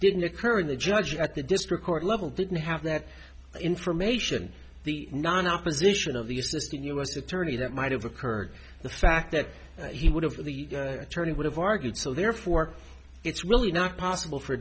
didn't occur and the judge at the district court level didn't have that information the non opposition of the assistant u s attorney that might have occurred the fact that he would have the attorney would have argued so therefore it's really not possible for